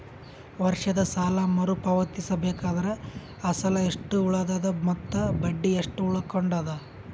ವರ್ಷದ ಸಾಲಾ ಮರು ಪಾವತಿಸಬೇಕಾದರ ಅಸಲ ಎಷ್ಟ ಉಳದದ ಮತ್ತ ಬಡ್ಡಿ ಎಷ್ಟ ಉಳಕೊಂಡದ?